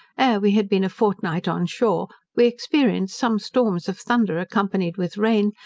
ere we had been a fortnight on shore we experienced some storms of thunder accompanied with rain,